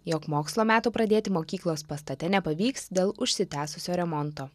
jog mokslo metų pradėti mokyklos pastate nepavyks dėl užsitęsusio remonto